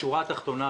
בשורה התחתונה,